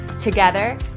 Together